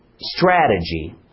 strategy